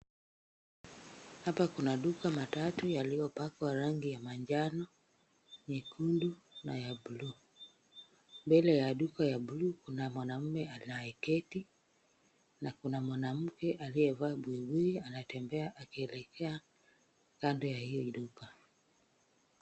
Hapa kuna duka matatu yaliyopakwa rangi ya manjano, nyekundu na ya buluu. Mbele ya duka ya buluu kuna mwanamme anayeketi, na kuna mwanamke aliyevaa buibui anatembea akielekea kando ya hili duka.